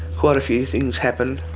quite a few things happen.